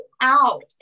out